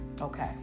Okay